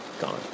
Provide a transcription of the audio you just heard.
Gone